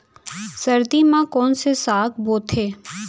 सर्दी मा कोन से साग बोथे?